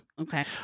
Okay